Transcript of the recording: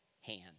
hand